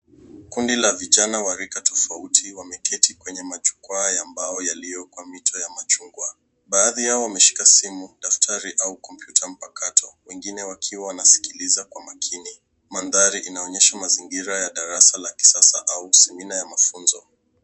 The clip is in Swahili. Kundi la vijana wa rika tofauti, wameketi kwenye majukwa ya mbao yaliyo kwa mito ya machungwa. Baadhi yao wameshika simu, daftari au kompyuta mpakato. Wengine wakiwa wanasikiliza kwa makini. Mandhari inaonyesha mazingira ya darasa la kisasa au semina ya mafunzo.